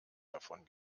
davon